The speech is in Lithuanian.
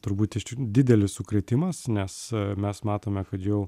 turbūt didelis sukrėtimas nes mes matome kad jau